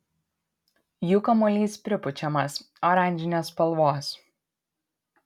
jų kamuolys pripučiamas oranžinės spalvos